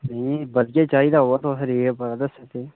नेईं बज्झे चाहिदा ओह् तुस रेट पता करियै दसदे